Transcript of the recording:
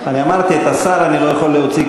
אני אמרתי: את השר אני לא יכול להוציא,